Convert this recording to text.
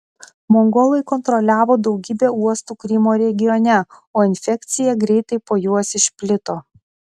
mongolai kontroliavo daugybę uostų krymo regione o infekcija greitai po juos išplito